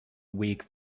weak